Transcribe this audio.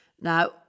Now